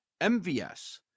MVS